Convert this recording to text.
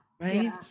Right